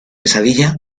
pesadilla